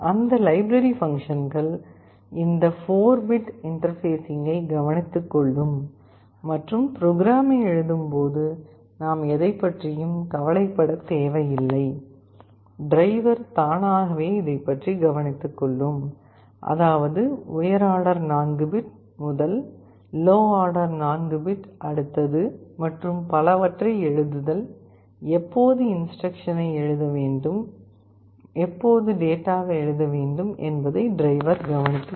அந்த லைப்ரரி பங்க்ஷன்கள் இந்த 4 பிட் இன்டர்பேஸிங்கை கவனித்துக் கொள்ளும் மற்றும் ப்ரோக்ராமை எழுதும் போது நாம் எதைப் பற்றியும் கவலைப்படத் தேவையில்லை டிரைவர் தானாகவே இதைப்பற்றி கவனித்துக் கொள்ளும் அதாவது உயர் ஆர்டர் 4 பிட் முதல் லோ ஆர்டர் 4 பிட் அடுத்தது மற்றும் பலவற்றை எழுதுதல் எப்போது இன்ஸ்டிரக்க்ஷனை எழுத வேண்டும் எப்போது டேட்டாவை எழுத வேண்டும் என்பதை டிரைவர் கவனித்துகொள்ளும்